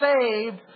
saved